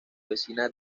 vecina